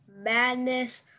Madness